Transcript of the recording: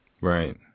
Right